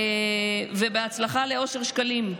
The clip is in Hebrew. ובהצלחה לאושר שקלים.